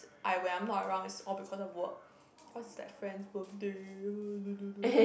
I when I'm not around it's all because of work hers is like friend's birthday